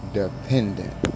dependent